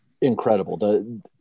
incredible